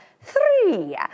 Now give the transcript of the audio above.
three